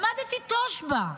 למדתי תושב"ע.